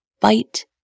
bite